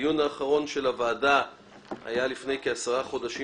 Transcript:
הדיון האחרון של הוועדה בנושא היה לפני כ-10 חודשים,